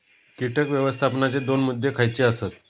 कीटक व्यवस्थापनाचे दोन मुद्दे खयचे आसत?